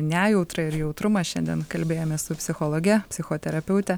nejautrą ir jautrumą šiandien kalbėjomės su psichologe psichoterapeute